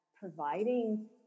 providing